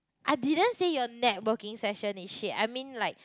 I didn't say your networking session is shit I mean like